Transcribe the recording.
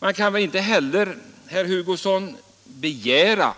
Man kan väl inte heller, herr Hugosson, begära